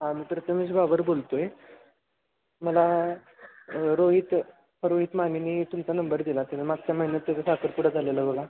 हां मी प्रतमेश बाबर बोलतो आहे मला रोहित रोहित मानेने तुमचा नंबर दिला तुम्ही मागच्या महिन्यात त्याचा साखरपुडा झालेला बघा